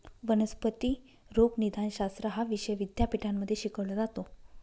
वनस्पती रोगनिदानशास्त्र हा विषय विद्यापीठांमध्ये शिकवला जातो